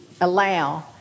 allow